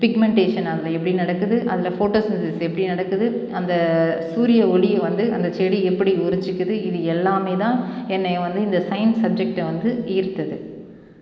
pigmentation அதில் எப்படி நடக்குது அதில் ஃபோட்டோசிந்தஸிஸ் எப்படி நடக்குது அந்த சூரிய ஒளியை வந்து அந்த செடி எப்படி உறிஞ்சுக்குது இது எல்லாமே தான் என்னை வந்து இந்த சயின்ஸ் சப்ஜெக்ட்டை வந்து ஈர்த்தது